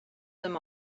them